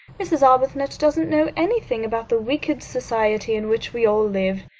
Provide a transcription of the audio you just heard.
mrs. arbuthnot doesn't know anything about the wicked society in which we all live.